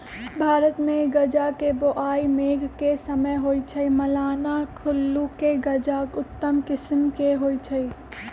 भारतमे गजा के बोआइ मेघ के समय होइ छइ, मलाना कुल्लू के गजा उत्तम किसिम के होइ छइ